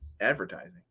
advertising